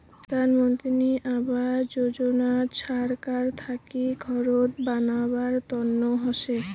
প্রধান মন্ত্রী আবাস যোজনা ছরকার থাকি ঘরত বানাবার তন্ন হসে